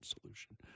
solution